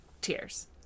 tears